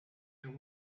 there